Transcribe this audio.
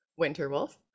Winterwolf